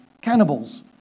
cannibals